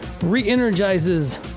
re-energizes